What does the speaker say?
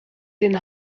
den